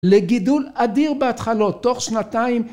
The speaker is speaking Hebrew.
לגידול אדיר בהתחלות, תוך שנתיים...